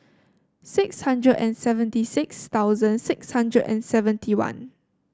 six hundred and seventy six thousand six hundred and seventy one